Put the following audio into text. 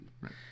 right